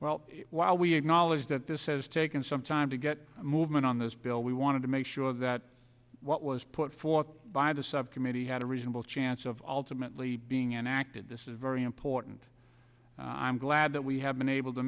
well while we acknowledge that this has taken some time to get movement on this bill we wanted to make sure that what was put forth by the subcommittee had a reasonable chance of all timidly being enacted this is very important i'm glad that we have been able to